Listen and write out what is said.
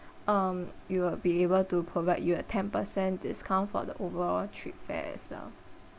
um we will be able to provide you a ten percent discount for the overall trip fare as well